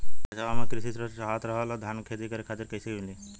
ए साहब हमके कृषि ऋण चाहत रहल ह धान क खेती करे खातिर कईसे मीली?